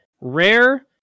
rare